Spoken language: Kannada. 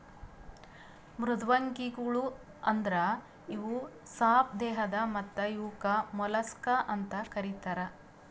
ಮೃದ್ವಂಗಿಗೊಳ್ ಅಂದುರ್ ಇವು ಸಾಪ್ ದೇಹದ್ ಮತ್ತ ಇವುಕ್ ಮೊಲಸ್ಕಾ ಅಂತ್ ಕರಿತಾರ್